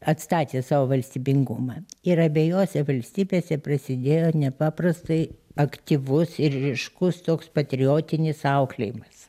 atstatė savo valstybingumą ir abiejose valstybėse prasidėjo nepaprastai aktyvus ir ryškus toks patriotinis auklėjimas